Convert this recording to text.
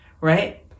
right